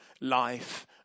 life